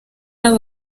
aba